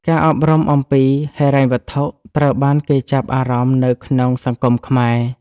ការអប់រំអំពីហិរញ្ញវត្ថុត្រូវបានគេចាប់អារម្មណ៍នៅក្នុងសង្គមខ្មែរ។